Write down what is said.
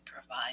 provide